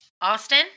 Austin